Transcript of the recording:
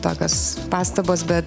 tokios pastabos bet